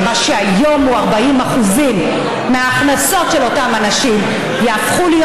ומה שהיום הוא 40% מההכנסות של אותם אנשים יהפכו להיות,